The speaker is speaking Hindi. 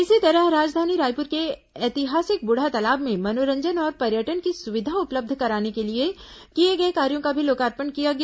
इसी राजधानी रायपुर के ऐतिहासिक ब्रुढ़ातालाब में मनोरंजन और पर्यटन की सुविधा उपलब्ध तरह कराने के लिए किए गए कार्यों का भी लोकार्पण किया गया